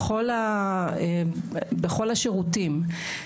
בכל השירותים.